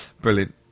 Brilliant